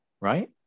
right